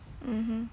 mmhmm